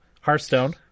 Hearthstone